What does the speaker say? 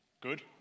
Good